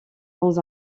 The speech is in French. dans